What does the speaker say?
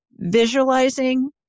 visualizing